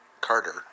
Carter